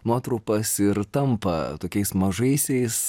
nuotrupas ir tampa tokiais mažaisiais